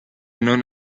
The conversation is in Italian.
non